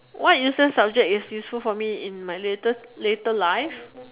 what useless subject is useful for me in my later later life